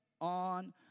on